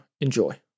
enjoy